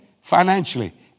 financially